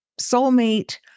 soulmate